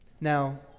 Now